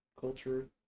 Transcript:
culture